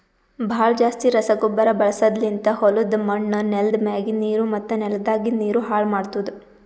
ಭಾಳ್ ಜಾಸ್ತಿ ರಸಗೊಬ್ಬರ ಬಳಸದ್ಲಿಂತ್ ಹೊಲುದ್ ಮಣ್ಣ್, ನೆಲ್ದ ಮ್ಯಾಗಿಂದ್ ನೀರು ಮತ್ತ ನೆಲದಾಗಿಂದ್ ನೀರು ಹಾಳ್ ಮಾಡ್ತುದ್